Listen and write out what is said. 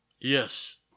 Yes